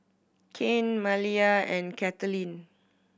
Kane Malia and Kathaleen